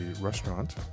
restaurant